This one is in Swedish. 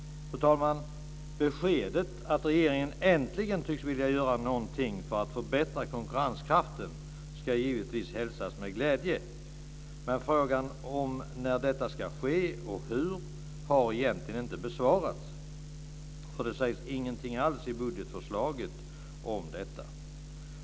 Fru talman! Beskedet om att regeringen äntligen tycks vilja göra någonting för att förbättra konkurrenskraften ska givetvis hälsas med glädje, men frågan om när och hur detta ska ske har egentligen inte besvarats. Det sägs nämligen ingenting alls i budgetförslaget om detta.